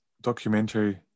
documentary